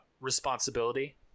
responsibility